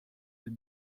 più